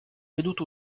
veduto